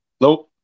no